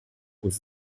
aux